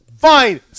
Fine